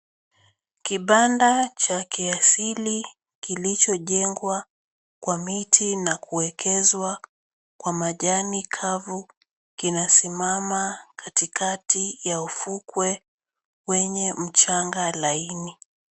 Kibanda cha kiasili kilichojengwa kwa miti na kuwekezwa kwa majani kavu, kinasimama katikati ya ufukwe, wenye mchanga laini.